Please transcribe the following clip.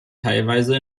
teilweise